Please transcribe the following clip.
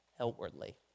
outwardly